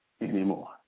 anymore